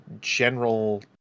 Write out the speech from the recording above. general